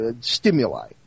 stimuli